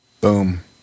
Boom